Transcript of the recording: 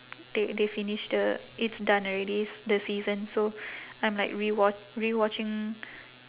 they they finish the it's done already s~ the season so I'm like rewa~ rewatching